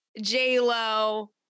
J-Lo